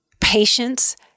patience